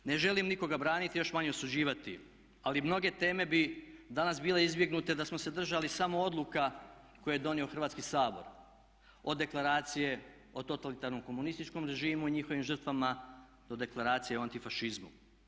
Ne želim nikoga braniti, još manje osuđivati ali mnoge teme bi danas bile izbjegnute da smo se držali samo odluka koje je donio Hrvatski sabor, od deklaracije, o totalitarnom komunističkom režimu i njihovim žrtvama do Deklaracije o antifašizmu.